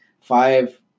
five